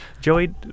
Joey